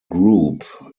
group